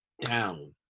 down